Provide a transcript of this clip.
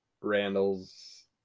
Randall's